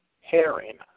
Herring